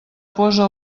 posa